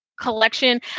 collection